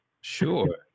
Sure